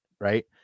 right